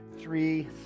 three